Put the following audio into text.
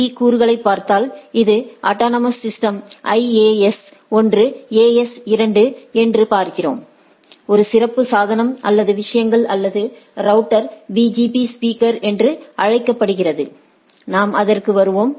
பீ கூறுகளைப் பார்த்தால் இது அட்டானமஸ் சிஸ்டம்ஸ் ஏஎஸ் 1 ஏஎஸ் 2 என்று பார்க்கிறோம் ஒரு சிறப்பு சாதனம் அல்லது விஷயங்கள் அல்லது ரவுட்டர் பிஜிபி ஸ்பீக்கர் என்று அழைக்கப்படுகிறது நாம் அதற்கு வருவோம்